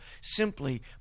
simply